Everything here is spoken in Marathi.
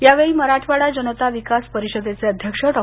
यावेळी मराठवाडा जनता विकास परिषदेचे अध्यक्ष डॉ